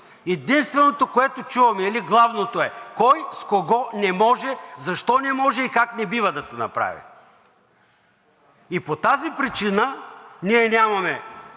Единственото, което чуваме, или главното е кой с кого не може, защо не може и как не бива да се направи, и по тази причина ние нямаме